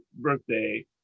birthday